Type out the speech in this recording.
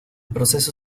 proceso